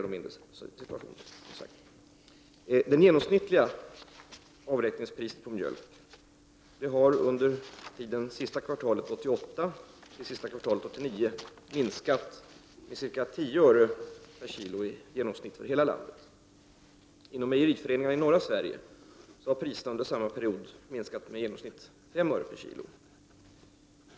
Det genomsnittliga avräkningspriset på mjölk har under tiden sista kvartalet 1988—sista kvartalet 1989 minskat med ca 10 öre kg.